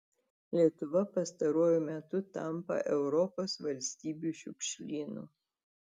lietuva pastaruoju metu tampa europos valstybių šiukšlynu